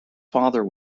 father